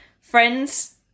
friends